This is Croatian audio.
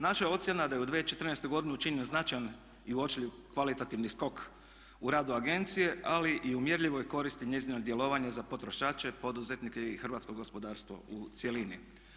Naša je ocjena da je u 2014. godini učinjen značajan i uočljiv kvalitativni skok u radu agencije ali i u mjerljivoj koristi njezinog djelovanja za potrošače, poduzetnike i hrvatsko gospodarstvo u cjelini.